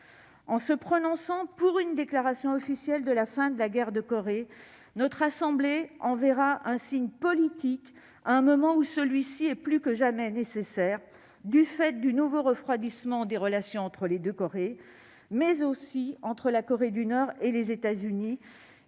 En se prononçant pour une déclaration officielle de la fin de la guerre de Corée, notre assemblée enverra un signal politique à un moment où celui-ci est plus que jamais nécessaire, du fait du nouveau refroidissement des relations entre les deux Corées, mais aussi entre la Corée du Nord et les États-Unis,